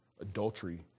adultery